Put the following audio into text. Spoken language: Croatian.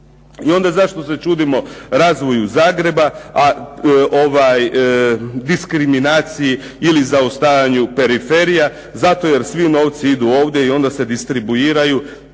I onda zašto se čudimo razvoju Zagreba, diskriminaciji ili zaostajanju periferija. Zato jer svi novci idu ovdje i onda se distribuiraju